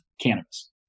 cannabis